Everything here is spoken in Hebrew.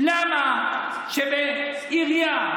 למה בעירייה,